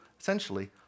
essentially